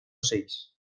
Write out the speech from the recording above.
seis